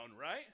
right